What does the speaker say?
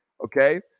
okay